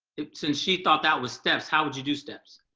since she thought that was steps? how would you do steps?